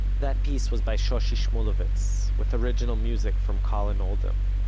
that piece was by shoshi shmuluvitz, with original music from collin oldham.